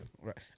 Right